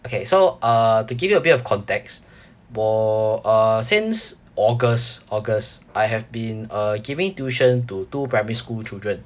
okay so err to give you a bit of context 我 err since august august I have been err giving tuition to two primary school children